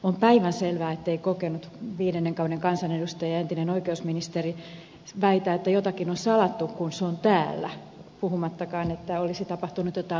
on päivänselvää ettei kokenut viidennen kauden kansanedustaja ja entinen oikeusministeri väitä että jotakin on salattu kun se on täällä puhumattakaan että olisi tapahtunut jotakin laitonta